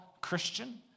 Christian